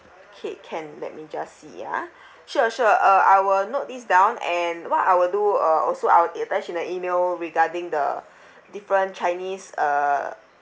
okay can let me just see ah sure sure uh I will note this down and what I would do uh also I'll attach in the email regarding the different chinese uh